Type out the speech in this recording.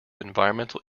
environmental